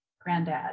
granddad